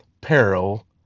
peril